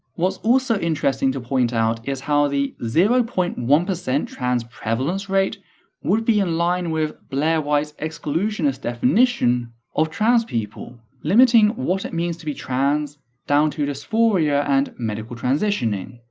what's also interesting to point out is how the zero point one trans prevalence rate would be in line with blaire white's exclusionist definition of trans people, limiting what it means to be trans down to dysphoria and medical transitioning.